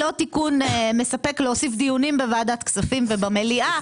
לא תיקון מספק להוסיף דיונים בוועדת כספים ובמליאה.